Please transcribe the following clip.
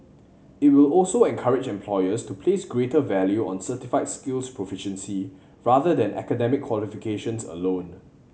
it will also encourage employers to place greater value on certified skills proficiency rather than academic qualifications alone